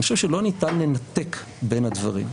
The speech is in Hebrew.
אני חושב שלא ניתן לנתק בין הדברים.